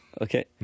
Okay